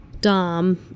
Dom